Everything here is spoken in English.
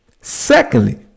Secondly